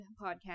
podcast